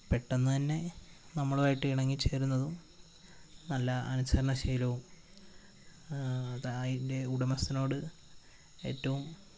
പെട്ടെന്നുതന്നെ നമ്മളുമായിട്ട് ഇണങ്ങിച്ചേരുന്നതും നല്ല അനുസരണശീലവും അത് അതിൻ്റെ ഉടമസ്ഥനോട് ഏറ്റവും